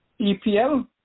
EPL